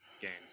games